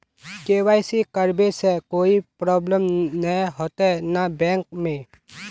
KYC करबे से कोई प्रॉब्लम नय होते न बैंक में?